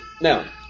Now